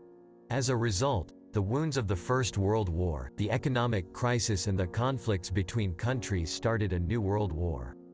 as a result, the wounds of the first world war, the economic crisis and the conflicts between countries started a new world war.